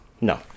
No